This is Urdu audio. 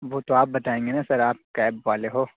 وہ تو آپ بتائیں گے نا سر آپ کیب والے ہو